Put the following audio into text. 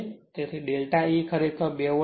તેથી delta E ખરેખર 2 volt હશે